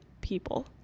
people